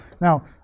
now